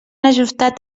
ajustat